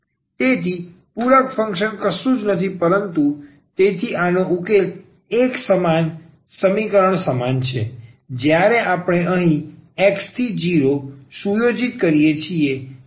તેથી આ પૂરક ફંક્શન કશું જ નથી પરંતુ તેથી આનો ઉકેલ એકસમાન સમાન સમીકરણ સમાન છે જ્યારે આપણે અહીં આ X થી 0 સુયોજિત કરીએ છીએ